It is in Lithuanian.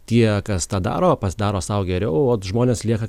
tie kas tą daro pasidaro sau geriau ot žmonės lieka